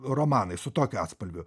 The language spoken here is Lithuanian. romanai su tokiu atspalviu